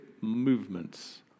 movements